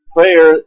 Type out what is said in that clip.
Prayer